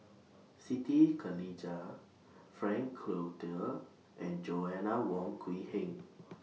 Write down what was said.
Siti Khalijah Frank Cloutier and Joanna Wong Quee Heng